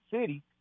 city